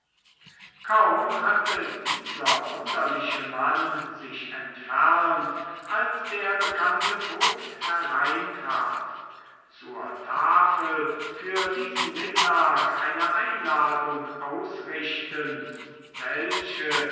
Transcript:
kaum hatte dieser wunderliche mann sich entfernt als der bekannte vogt hereintrat zur tafel für diesen mittag eine einladung ausrichtend welche